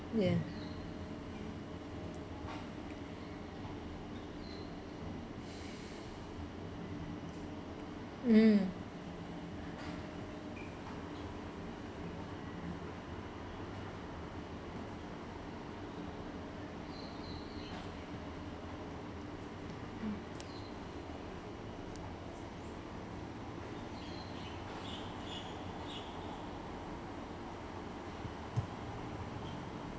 ya mm